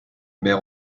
mère